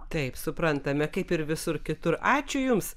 taip suprantame kaip ir visur kitur ačiū jums